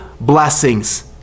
blessings